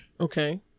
Okay